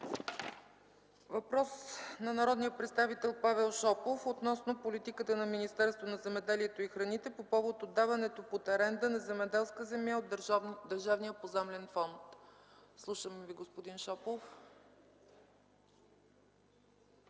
Въпрос на народния представител Павел Шопов относно политиката на Министерството на земеделието и храните по повод отдаването под аренда на земеделска земя от Държавния поземлен фонд. Слушаме Ви, господин Шопов.